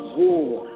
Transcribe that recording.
war